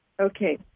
Okay